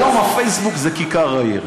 היום פייסבוק זה כיכר העיר.